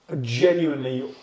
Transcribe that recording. genuinely